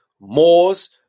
Moors